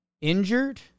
injured